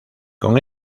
con